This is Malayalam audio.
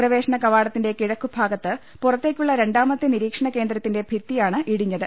പ്രവേശ്നകവാടത്തിന്റെ കിഴക്കുഭാഗത്ത് പുറത്തേക്കുള്ള രണ്ടാ മത്തെ നിരീക്ഷണകേന്ദ്രത്തിന്റെ ഭിത്തിയാണ് ഇടിഞ്ഞത്